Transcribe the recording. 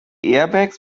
airbags